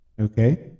okay